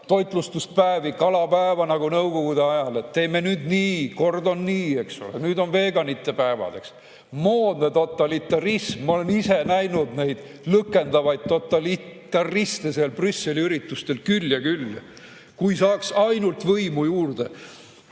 toitlustuspäevi, kalapäeva nagu nõukogude ajal, et teeme nüüd nii, kord on nii, eks ole, nüüd on veganite päevad. Moodne totalitarism. Ma olen ise näinud neid lõkendavaid totalitariste seal Brüsseli üritustel küll ja küll. Kui saaks ainult võimu juurde!